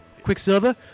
Quicksilver